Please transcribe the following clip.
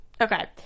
Okay